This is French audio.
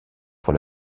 pour